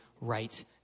right